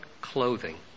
clothing